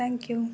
thank you